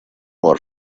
more